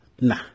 nah